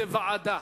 זה ועדה.